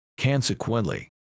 Consequently